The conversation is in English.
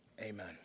Amen